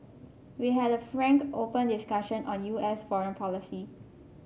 we had a frank open discussion on U S foreign policy